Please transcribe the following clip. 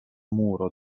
muro